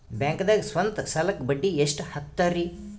ಬ್ಯಾಂಕ್ದಾಗ ಸ್ವಂತ ಸಾಲಕ್ಕೆ ಬಡ್ಡಿ ಎಷ್ಟ್ ಹಕ್ತಾರಿ?